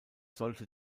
sollte